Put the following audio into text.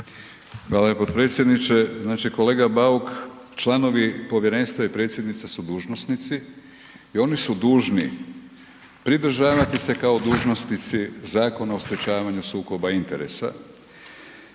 Hvala lijepo potpredsjedniče. Znači kolega Bauk, članovi povjerenstva i predsjednica su dužnosnici i oni su dužni pridržavati se kao dužnosnici Zakona o sprječavanju sukoba interesa,